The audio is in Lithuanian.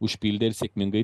užpildei ir sėkmingai